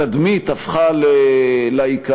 התדמית הפכה לעיקר,